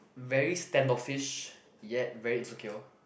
very stand off-ish yet very insecure